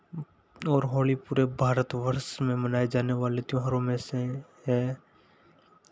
और होली पूरे भारतवर्ष में मनाये जानेवाले त्योहारों में से है